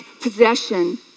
possession